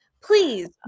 please